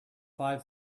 five